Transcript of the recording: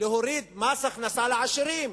יש בלהוריד מס הכנסה לעשירים?